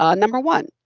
ah number one,